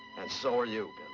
and so are you,